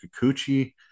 Kikuchi